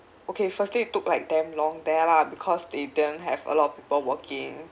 okay firstly it took like damn long there lah because they didn't have a lot of people working